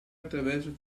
attraverso